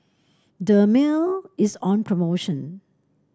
Dermale is on promotion